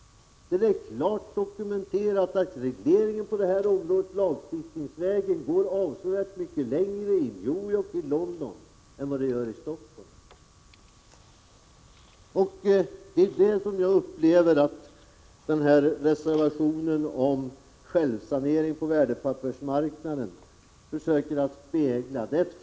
Det är klart dokumenterat att regleringen på detta område genom lagstiftning går avsevärt mycket längre i New York och London än i Stockholm. Reservationen om en självsanering på värdepappersmarknaden är ett försök att spegla detta.